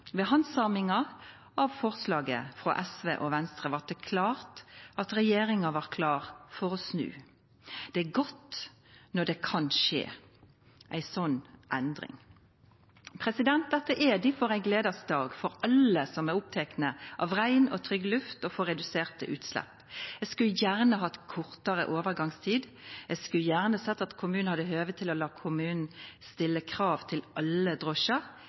Ved handsaminga av forslaget frå SV og Venstre blei det klart at regjeringa var klar for å snu. Det er godt når det kan skje ei slik endring. Dette er difor ein god dag for alle som er opptekne av rein og trygg luft, og for reduserte utslepp. Eg skulle gjerne hatt kortare overgangstid, eg skulle gjerne sett at kommunen hadde høve til å stilla krav til alle drosjar,